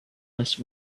less